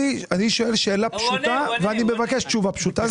אני שואל שאלה פשוטה ואני מבקש תשובה פשוטה.